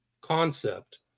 concept